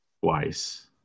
twice